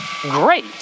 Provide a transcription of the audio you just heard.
great